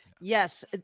Yes